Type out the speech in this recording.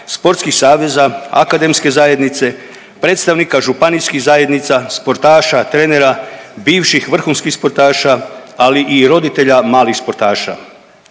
sportskih saveza, akademske zajednice, predstavnika županijskih zajednica, sportaša, trenera, bivših vrhunskih sportaša, ali i roditelja malih sportaša.